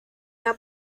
era